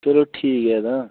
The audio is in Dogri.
चलो ठीक ऐ तां